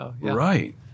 Right